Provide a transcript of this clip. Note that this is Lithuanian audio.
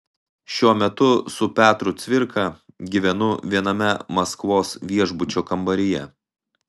šiuo metu su petru cvirka gyvenu viename maskvos viešbučio kambaryje